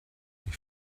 ich